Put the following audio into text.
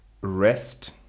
rest